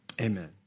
amen